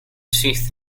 sheath